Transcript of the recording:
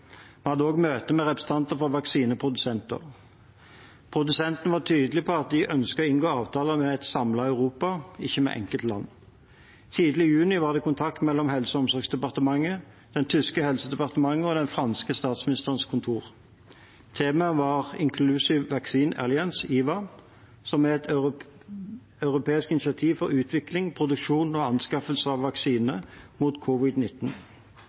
Vi hadde også møter med representanter for vaksineprodusenter. Produsentene var tydelige på at de ønsket å inngå avtale med et samlet Europa, ikke med enkeltland. Tidlig i juni var det kontakt mellom Helse- og omsorgsdepartementet, det tyske helsedepartementet og den franske statsministerens kontor. Temaet var Inclusive Vaccine Alliance, IVA, som er et europeisk initiativ for utvikling, produksjon og anskaffelse av vaksiner mot